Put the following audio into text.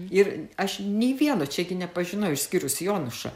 ir aš nei vieno čia nepažinojau išskyrus jonušą